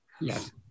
Yes